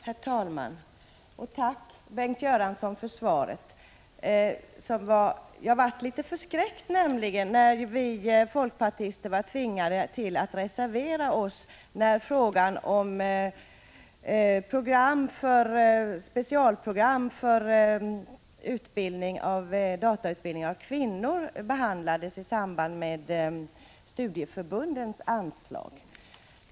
Herr talman! Jag tackar Bengt Göransson för svaret. Jag blev litet förskräckt över att vi folkpartister tvingades reservera oss när frågan om specialprogram för datautbildning av kvinnor togs upp i samband med behandlingen av frågor rörande studieförbundens anslag.